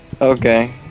Okay